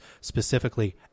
specifically